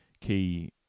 key